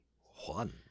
one